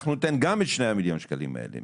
אנחנו ניתן גם את 2 מיליון השקלים האלה.